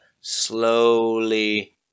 slowly